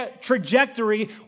trajectory